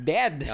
Dead